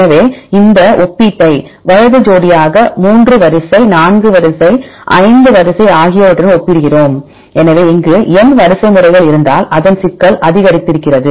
எனவே இந்த ஒப்பீட்டை வலது ஜோடியாக 3 வரிசை 4 வரிசை 5 வரிசை ஆகியவற்றுடன் ஒப்பிடுகிறோம் எனவே இங்கு n வரிசைமுறைகள் இருந்தால் அதன் சிக்கல் அதிகரித்திருக்கிறது